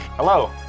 Hello